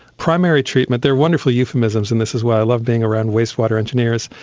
primary treatment, there are wonderful euphemisms, and this is why i love being around waste water engineers,